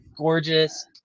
Gorgeous